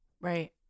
Right